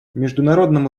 международному